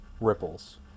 Ripples